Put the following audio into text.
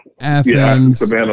Athens